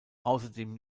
außerdem